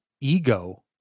ego